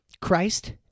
Christ